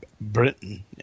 Britain